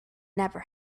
never